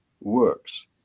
works